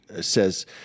says